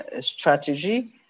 strategy